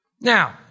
Now